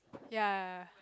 ya